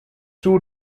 two